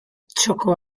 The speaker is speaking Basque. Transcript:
txoko